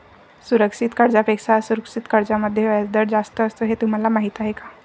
सुरक्षित कर्जांपेक्षा असुरक्षित कर्जांमध्ये व्याजदर जास्त असतो हे तुम्हाला माहीत आहे का?